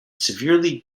severely